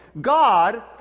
God